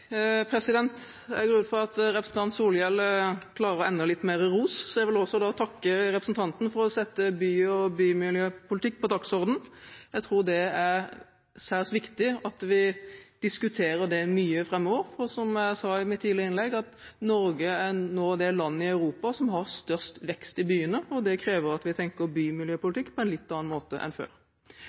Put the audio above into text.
Jeg går ut fra at representanten Solhjell klarer enda litt mer ros. Også jeg vil takke representanten for å sette by- og bymiljøpolitikk på dagsordenen. Jeg tror det er særs viktig at vi diskuterer dette mye framover. Som jeg sa i mitt tidligere innlegg, Norge er nå det landet i Europa som har størst vekst i byene. Det krever at vi tenker bymiljøpolitikk på en litt annen måte enn før.